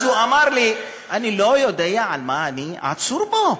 אז הוא אמר לי: אני לא יודע על מה אני עצור פה,